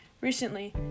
Recently